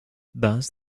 thus